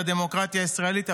לדמוקרטיה הישראלית,